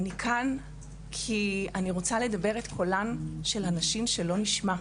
אני כאן כי אני רוצה לדבר את קולן של הנשים שלא נשמע.